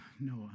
Noah